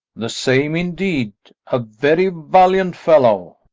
the same indeed a very valiant fellow.